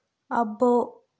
అబ్బో